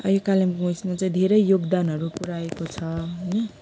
आइ कालिम्पोङ यसमा चाहिँ धेरै योगदानहरू पुऱ्याएको छ होइन